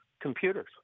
computers